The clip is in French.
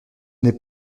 n’est